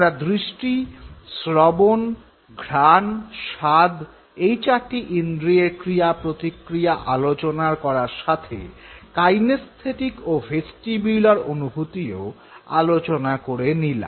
আমরা দৃষ্টি শ্রবণ ঘ্রাণ স্বাদ এই চারটি ইন্দ্রিয়ের ক্রিয়া প্রক্রিয়া আলোচনার করার সাথে কাইনেস্থেটিক ও ভেস্টিবিউলার অনুভূতিও আলোচনা করে নিলাম